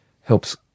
helps